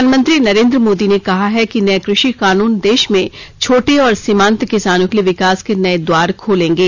प्रधानमंत्री नरेंद्र मोदी ने कहा है कि नए कृषि कानून देश में छोटे और सीमांत किसानों के लिए विकास के नये द्वार खोलेंगे